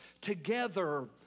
together